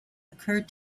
occurred